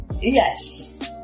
Yes